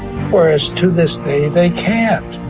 whereas to this day they can't.